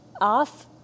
off